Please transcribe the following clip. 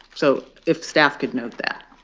so if staff could note that.